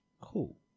Cool